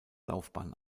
laufbahn